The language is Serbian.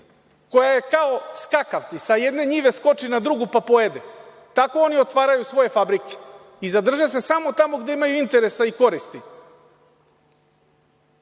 koja je kao skakavci, sa jedne njive skoči na drugu, pa pojede. Tako oni otvaraju svoje fabrike i zadrže se samo tamo gde imaju interesa i